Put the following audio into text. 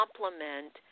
complement